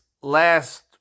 last